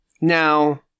Now